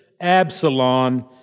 Absalom